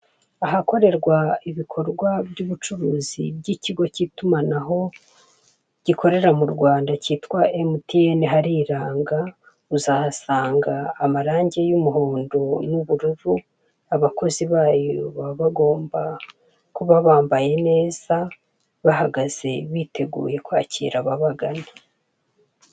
Ahakorerwa ibikorwa by'ubucuruzi by'ikigo k'itumanaho gikorera mu Rwanda cyitwa emutiyene hariranga, uzahasanga amarange y'umuhondo n'ubururu, abakozi bayo baba bagomba kuba bambaye neza bahagaze biteguye kwakira ababagana.